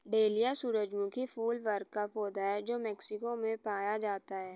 dahlia सूरजमुखी फूल वर्ग का पौधा है जो मेक्सिको में पाया जाता है